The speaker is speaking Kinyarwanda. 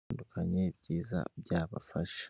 bitandukanye ibyiza byabafasha.